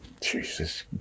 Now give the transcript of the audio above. Jesus